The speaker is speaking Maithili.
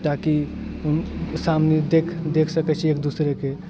ताकि सामने देखि सकैत छी एक दूसरेके